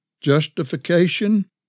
Justification